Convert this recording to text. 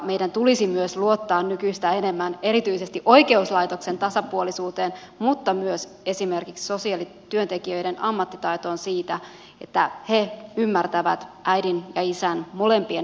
meidän tulisi myös luottaa nykyistä enemmän erityisesti oikeuslaitoksen tasapuolisuuteen mutta myös esimerkiksi sosiaalityöntekijöiden ammattitaitoon siinä että he ymmärtävät äidin ja isän molempien merkityksen lapselle